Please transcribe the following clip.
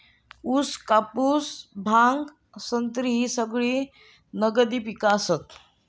ऊस, कापूस, भांग, संत्री ही सगळी नगदी पिका आसत